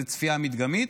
צפייה מדגמית,